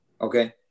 okay